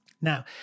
Now